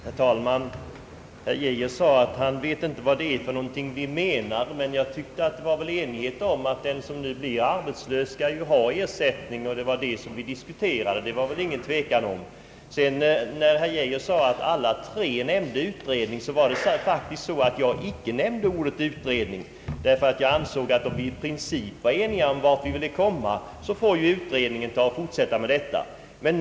Herr talman! Herr Geijer sade att han inte visste vad vi menade. Jag tyckte dock att det rådde enighet om att den som nu blir arbetslös skall få ersättning. Det var ju det som vi diskuterade. Därom råder väl ingen tvekan. Herr Geijer påstod att herr Dahlén, herr Holmberg och jag hade nämnt ordet utredning, men det var faktiskt så att jag inte nämnde ordet utredning. Jag ansåg nämligen att om vi i princip var eniga om vart vi ville komma, fick utredningen sedan fortsätta arbetet.